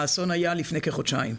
ראשית, האסון היה לפני כחודשיים.